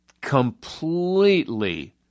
completely